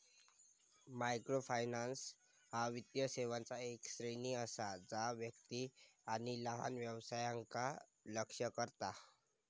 microfinance ह्या वित्तीय सेवांचा येक श्रेणी असा जा व्यक्ती आणि लहान व्यवसायांका लक्ष्य करता